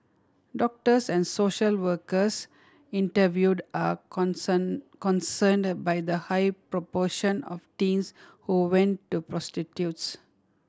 doctors and social workers interviewed are concern concerned by the high proportion of teens who went to prostitutes